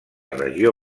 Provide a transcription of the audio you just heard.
regió